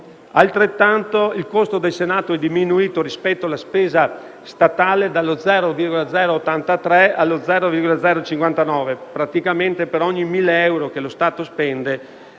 stesso. Il costo del Senato è diminuito, rispetto alla spesa statale, dallo 0,083 allo 0,059. Praticamente, per ogni mille euro che lo Stato spende,